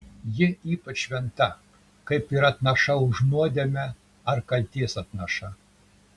ji ypač šventa kaip ir atnaša už nuodėmę ar kaltės atnaša